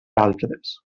altres